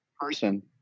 person